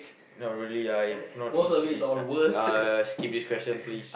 not really ah if not into this ah uh skip this question please